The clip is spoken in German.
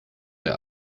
der